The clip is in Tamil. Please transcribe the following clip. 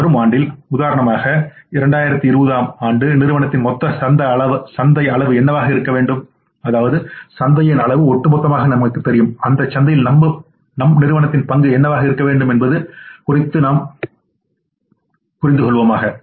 வரும் ஆண்டில் உதாரணமாக அடுத்த ஆண்டு 2020 நிறுவனத்தின் மொத்த சந்தை அளவு என்னவாக இருக்க வேண்டும் அதாவது சந்தையின் அளவு ஒட்டுமொத்தமாக நமக்குத் தெரியும் அந்த சந்தையில் நம் பங்கு என்னவாக இருக்க வேண்டும் என்பது நம் குறிக்கோளாக அமையும்